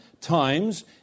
times